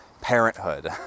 parenthood